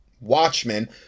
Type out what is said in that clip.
watchmen